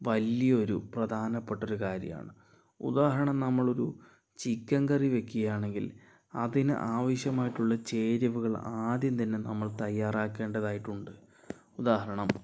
വലിയൊരു പ്രധാനപ്പെട്ടൊരു കാര്യമാണ് ഉദാഹരണം നമ്മളൊരു ചിക്കൻ കറി വെക്കുകയാണെങ്കിൽ അതിനാവശ്യമായിട്ടുള്ള ചേരുവകൾ ആദ്യം തന്നെ നമ്മൾ തയ്യാറാക്കേണ്ടതായിട്ടുണ്ട് ഉദാഹരണം